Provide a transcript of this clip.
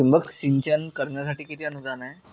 ठिबक सिंचन करण्यासाठी किती अनुदान आहे?